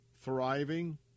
thriving